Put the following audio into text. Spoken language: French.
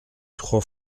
trois